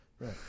right